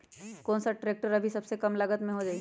कौन सा ट्रैक्टर अभी सबसे कम लागत में हो जाइ?